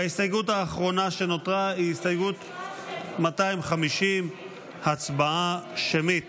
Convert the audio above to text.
ההסתייגות האחרונה שנותרה היא הסתייגות 250. הצבעה שמית